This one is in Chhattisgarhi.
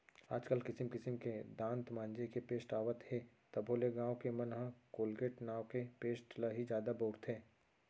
आज काल किसिम किसिम के दांत मांजे के पेस्ट आवत हे तभो ले गॉंव के मन ह कोलगेट नांव के पेस्ट ल ही जादा बउरथे